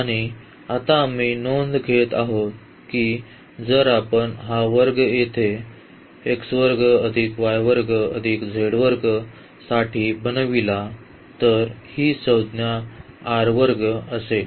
आणि आता आम्ही नोंद घेत आहोत की जर आपण हा वर्ग येथे साठी बनविला तर ही संज्ञा असेल